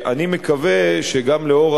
אני מקווה שגם לנוכח